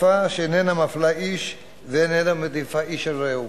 אכיפה שאינה מפלה איש ואינה מעדיפה איש על רעהו.